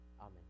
Amen